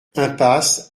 impasse